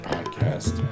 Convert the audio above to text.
Podcast